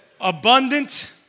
Abundant